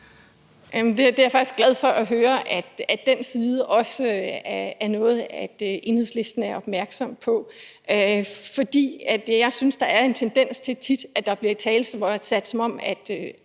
Jeg er faktisk glad for at høre, at den side også er noget, Enhedslisten er opmærksom på. For jeg synes, der tit er en tendens til, at det bliver italesat, som om